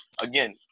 again